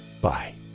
Bye